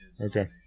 Okay